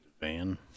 Van